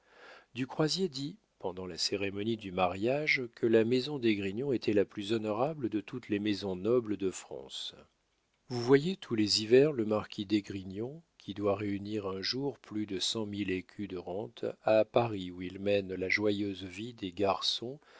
du croisier dit pendant la cérémonie du mariage que la maison d'esgrignon était la plus honorable de toutes les maisons nobles de france vous voyez tous les hivers le marquis d'esgrignon qui doit réunir un jour plus de cent mille écus de rente à paris où il mène la joyeuse vie des garçons